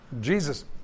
Jesus